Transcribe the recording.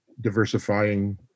Diversifying